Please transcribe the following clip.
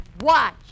watch